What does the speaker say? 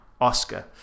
Oscar